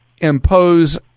impose